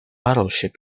battleship